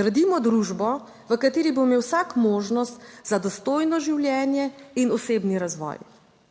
gradimo družbo v kateri bo imel vsak možnost za dostojno življenje in osebni razvoj.